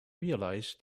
realise